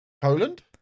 Poland